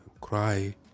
cry